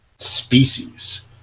species